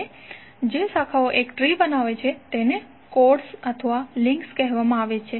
હવે જે શાખાઓ એક ટ્રી બનાવે છે તેને કોર્ડ્સ અથવા લિંક્સ કહેવામાં આવે છે